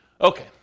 Okay